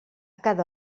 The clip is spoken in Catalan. cada